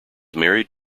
married